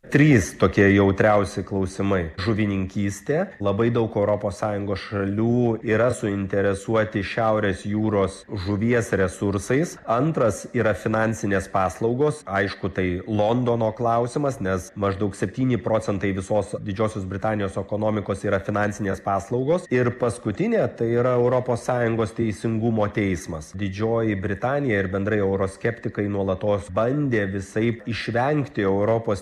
trys tokie jautriausi klausimai žuvininkystė labai daug europos sąjungos šalių yra suinteresuoti šiaurės jūros žuvies resursais antras yra finansinės paslaugos aišku tai londono klausimas nes maždaug septyni procentai visos didžiosios britanijos ekonomikos yra finansinės paslaugos ir paskutinė tai yra europos sąjungos teisingumo teismas didžioji britanija ir bendrai euroskeptikai nuolatos bandė visaip išvengti europos